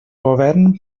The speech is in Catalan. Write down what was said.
govern